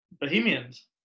Bohemians